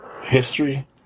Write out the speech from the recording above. History